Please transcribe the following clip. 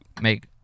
make-